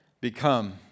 become